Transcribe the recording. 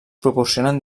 proporcionen